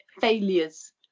failures